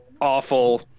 awful